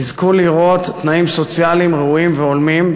יזכו לראות תנאים סוציאליים ראויים והולמים,